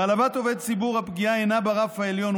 בהעלבת עובד ציבור הפגיעה אינה ברף העליון,